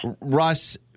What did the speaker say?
Russ